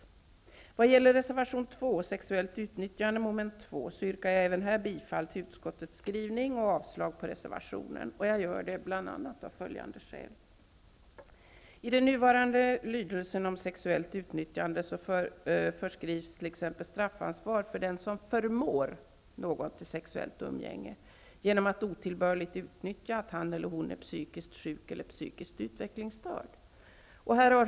När det gäller reservation 2 om sexuellt utnyttjande under mom. 2 i hemställan, yrkar jag även här bifall till utskottets skrivning och avslag på reservationen, och jag gör det av bl.a. följande skäl. I nuvarande paragraf om sexuellt utnyttjande föreskrivs straffansvar för den som förmår någon till sexuellt umgänge genom att otillbörligt utnyttja att personen i fråga är psykiskt sjuk eller psykiskt utvecklingsstörd.